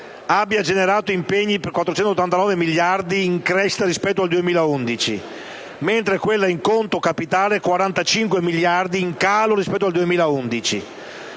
abbia generato impegni per 489 miliardi (in crescita rispetto al 2011), mentre quella in conto capitale per circa 45 miliardi (in calo rispetto al 2011),